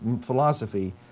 philosophy